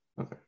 Okay